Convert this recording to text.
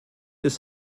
ist